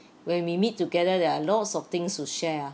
when we meet together there are lots of things to share ah